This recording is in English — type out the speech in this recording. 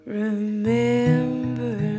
remember